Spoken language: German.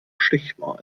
stichwahl